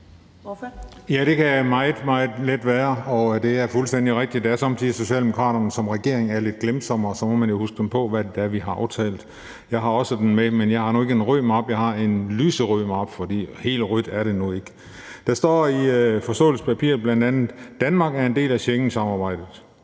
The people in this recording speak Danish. (EL): Ja, det kan jeg meget let være. Det er fuldstændig rigtigt, at det er somme tider, at Socialdemokraterne som regering er lidt glemsom, og så må man jo huske dem på, hvad det er, vi har aftalt. Jeg har den også med, men den er ikke i en rød mappe, men i en lyserød mappe, for helt rødt er det nu ikke. Der står bl.a. i forståelsespapiret: »Danmark er en del af Schengen-samarbejdet.